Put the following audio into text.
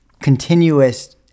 continuous